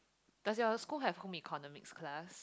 does your school have home economics class